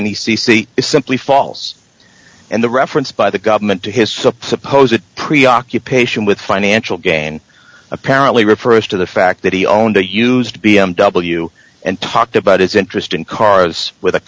is simply false and the reference by the government to his supposed preoccupation with financial gain apparently refers to the fact that he owned a used b m w and talked about his interest in cars with a